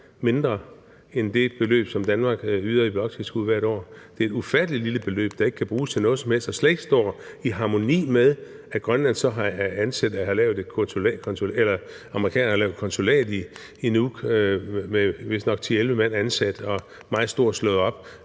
mindre end det beløb, som Danmark yder i bloktilskud hvert år. Så det er et ufatteligt lille beløb, der ikke kan bruges til noget som helst, og som slet ikke er i harmoni med, at amerikanerne har lavet et konsulat i Nuuk med vistnok 10-11 mand ansat og meget stort slået op,